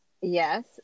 yes